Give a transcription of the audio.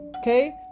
Okay